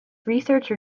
researcher